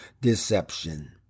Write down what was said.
deception